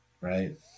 right